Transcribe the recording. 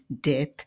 death